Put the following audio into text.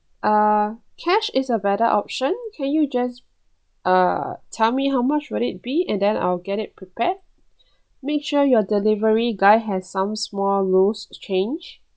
uh cash is a better option can you just uh tell me how much would it be and then I'll get it prepared make sure your delivery guy has some small loose change